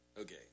Okay